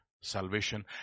salvation